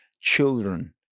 children